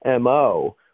MO